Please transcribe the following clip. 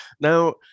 Now